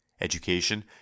Education